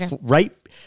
Right